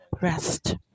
rest